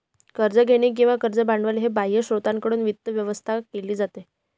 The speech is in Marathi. कर्ज घेणे किंवा कर्ज भांडवल हे बाह्य स्त्रोतांकडून वित्त व्यवस्था केली जाते